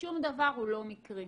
שום דבר הוא לא מקרי.